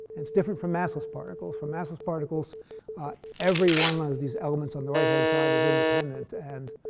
it's different for massless particles. for massless particles every one of these elements on the right hand side is independent and,